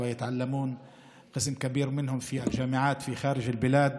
וחלק גדול מהם לומדים באוניברסיטאות בחו"ל,